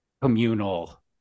communal